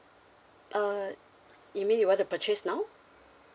uh you mean you want to purchase now